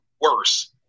worse